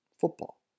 football